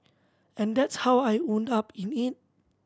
and that's how I wound up in it